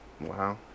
Wow